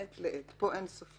מעת לעת," פה אין סופיות